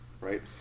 right